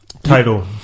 Title